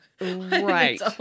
right